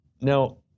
Now